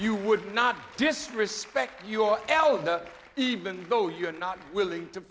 you would not disrespect your elder even though you're not willing to